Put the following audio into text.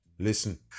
Listen